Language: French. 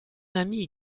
ami